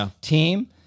team